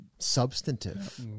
substantive